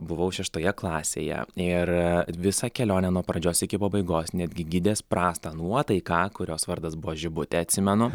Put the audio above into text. buvau šeštoje klasėje ir visą kelionę nuo pradžios iki pabaigos netgi gidės prastą nuotaiką kurios vardas buvo žibutė atsimenu